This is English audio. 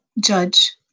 judge